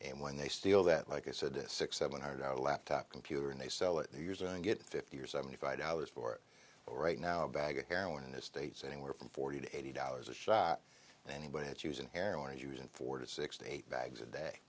and when they steal that like i said six seven hundred out of a laptop computer and they sell it for years and get fifty or seventy five dollars for it all right now a bag of heroin in the states anywhere from forty to eighty dollars a shot and anybody that's using heroin is using four to six to eight bags a day